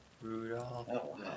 Rudolph